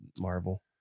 Marvel